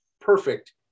perfect